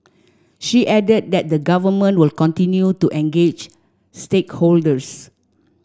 she added that the Government will continue to engage stakeholders